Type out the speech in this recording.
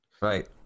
Right